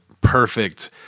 perfect